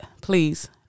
Please